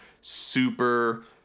super